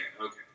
okay